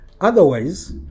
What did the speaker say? Otherwise